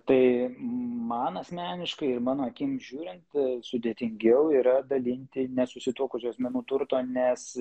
tai man asmeniškai ir mano akim žiūrint sudėtingiau yra dalinti nesusituokusių asmenų turtą nes